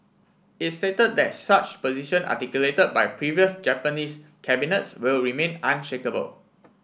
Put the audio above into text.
it stated that such position articulated by previous Japanese cabinets will remain unshakeable